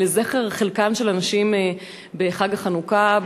לזכר חלקן של הנשים בחג החנוכה,